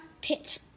pit